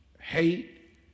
Hate